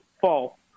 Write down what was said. fall